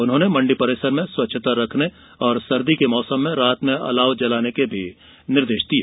उन्होंने मंडी परिसर में स्वच्छता रखने और सर्दी के मौसम में रात में अलाव जलाने के निर्देश भी दिये